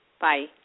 bye